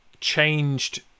changed